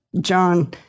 John